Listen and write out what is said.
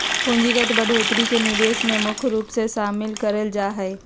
पूंजीगत बढ़ोत्तरी के निवेश मे मुख्य रूप से शामिल करल जा हय